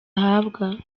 ahabwa